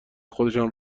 خودشان